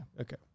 Okay